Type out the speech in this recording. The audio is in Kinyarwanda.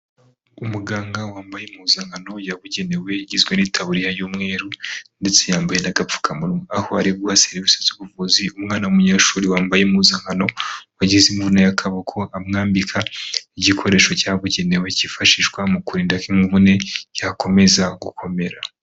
Umuganga wambaye impuzankano yabugenewe, igizwe n'itaburiya y'umweru ndetse yambaye n'agapfukamunwa, aho ari guha serivisi z'ubuvuzi umwana w'umuyeshuri wambaye impuzankano wagize imvune y'akaboko, amwambika igikoresho cyabugenewe cyifashishwa mu kurinda ko imvune yakomeza gukomera.